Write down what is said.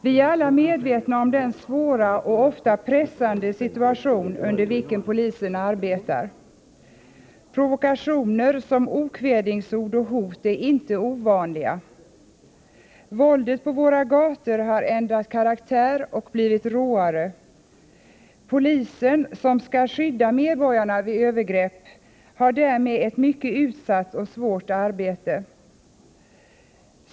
Vi är alla medvetna om den svåra och ofta pressande situation under vilken polisen får arbeta. Provokationer som okvädinsord och hot är inte ovanliga. Våldet på våra gator har ändrat karaktär och blivit råare. Polisen, som skall skydda medborgarna från övergrepp, har således ett mycket utsatt och svårt arbete.